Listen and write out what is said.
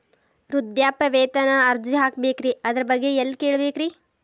ವೃದ್ಧಾಪ್ಯವೇತನ ಅರ್ಜಿ ಹಾಕಬೇಕ್ರಿ ಅದರ ಬಗ್ಗೆ ಎಲ್ಲಿ ಕೇಳಬೇಕ್ರಿ?